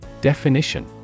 Definition